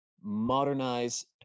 modernize